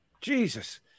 Jesus